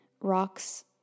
rocks